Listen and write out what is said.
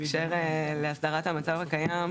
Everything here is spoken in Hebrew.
בהמשך להסדרת המצב הקיים.